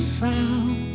sound